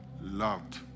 loved